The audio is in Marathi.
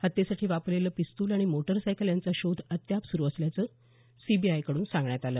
हत्येसाठी वापरलेलं पिस्तुल आणि मोटारसायकल यांचा शोध अद्याप सुरू असल्याचं सीबीआयकडून सांगण्यात आलं